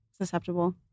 susceptible